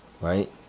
right